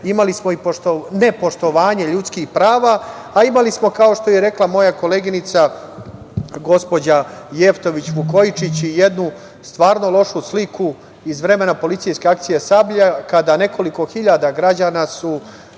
imali smo i nepoštovanje ljudskih prava, a imali smo, kao što je i rekla moja koleginica gospođa Jevtović Vukojičić, jednu stvarno lošu sliku iz vremena policijske akcije „Sablja“, kada je nekoliko hiljada građana